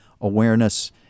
Awareness